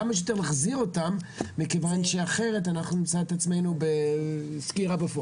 כמה שיותר להחזיר אותם מכיוון שאחרת אנחנו נמצא את עצמינו בסגר בפועל.